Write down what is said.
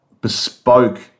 bespoke